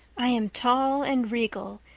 i am tall and regal,